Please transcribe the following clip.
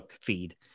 feed